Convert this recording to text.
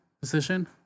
position